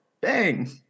Bang